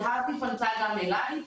זהבי פנתה גם אליי,